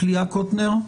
פליאה קטנר,